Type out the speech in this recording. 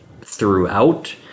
throughout